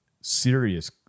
serious